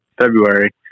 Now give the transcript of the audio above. February